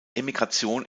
emigration